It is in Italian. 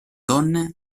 donne